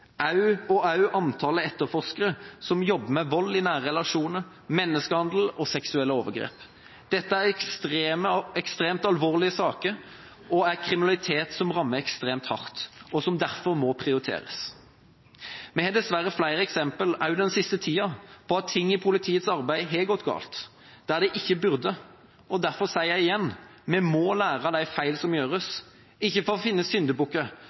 kompetansen og også antallet etterforskere som jobber med vold i nære relasjoner, menneskehandel og seksuelle overgrep. Dette er ekstremt alvorlige saker, og det er kriminalitet som rammer ekstremt hardt, og som derfor må prioriteres. Vi har dessverre flere eksempler, også den siste tida, på at ting i politiets arbeid har gått galt der det ikke burde gått galt. Derfor sier jeg igjen: Vi må lære av de feil som gjøres – ikke for å finne